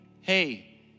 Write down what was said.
hey